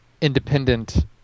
independent